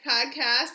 podcast